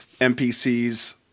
npcs